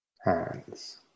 hands